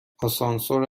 آسانسور